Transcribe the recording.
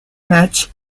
matchs